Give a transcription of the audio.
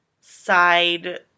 side